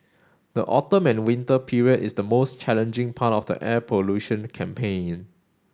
the autumn and winter period is the most challenging part of the air pollution campaign